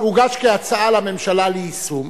שהוגש כהצעה לממשלה ליישום,